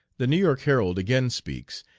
the new york herald again speaks,